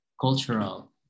cultural